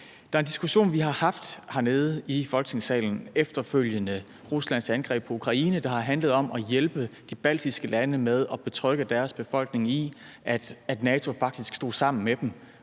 Der er en diskussion, vi har haft hernede i Folketingssalen, efterfølgende Ruslands angreb på Ukraine, der har handlet om at hjælpe de baltiske lande med at betrygge deres befolkning i, at NATO faktisk stod sammen med dem